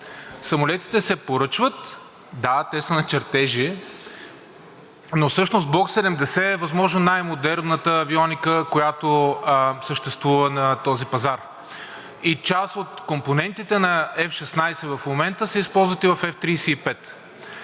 Самолетите се поръчват – да, те са на чертежи, но всъщност Block 70 е възможно най-модерната авионика, която съществува на този пазар, и част от компонентите на F-16 в момента се използват и в F-35.